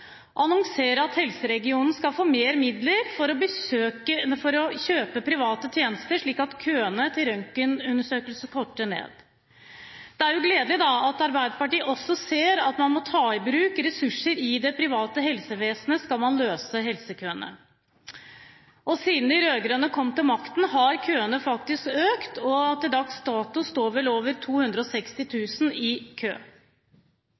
at helseregionen skulle få mer midler for å kjøpe private tjenester, slik at køene til røntgenundersøkelse kortes ned. Det er jo gledelig at Arbeiderpartiet også ser at man må ta i bruk ressurser i det private helsevesenet hvis man skal redusere helsekøene. Siden de rød-grønne kom til makten, har køene faktisk økt, og per dags dato står 260 000 i kø.